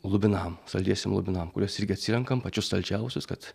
lubinam saldiesiem lubinam kuriuos irgi atsirenkam pačius saldžiausius kad